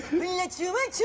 lets us